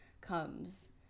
comes